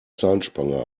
zahnspange